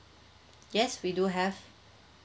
yes we do have